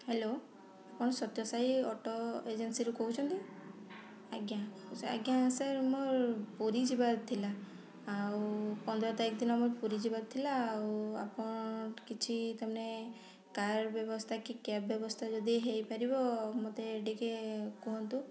hello ଆପଣ Satya Sai auto ଏଜେନ୍ସିରୁ କହୁଛନ୍ତି ଆଜ୍ଞା ଆଜ୍ଞା ସାର୍ ମୋର ପୁରୀ ଯିବାର ଥିଲା ଆଉ ପନ୍ଦର ତାରିଖ ଦିନ ମୁଁ ପୁରୀ ଯିବାର ଥିଲା ଆଉ ଆପଣ କିଛି ତା' ମାନେ କାର୍ ବ୍ୟବସ୍ଥା କି କ୍ୟାବ୍ ବ୍ୟବସ୍ଥା ଯଦି ହୋଇପାରିବ ମୋତେ ଟିକେ କୁହନ୍ତୁ